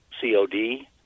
COD